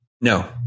No